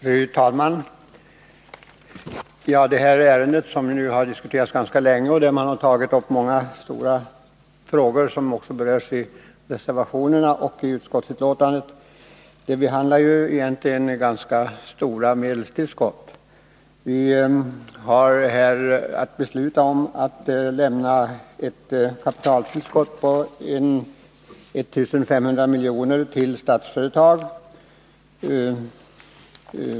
Fru talman! Det här ärendet, som nu diskuterats ganska länge och där man tagit upp många stora frågor, som också berörs i reservationerna och i utskottsbetänkandet, gäller egentligen ganska stora medelstillskott. Vi har här att besluta om att lämna ett kapitaltillskott på 1500 milj.kr. till Statsföretag.